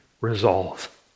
resolve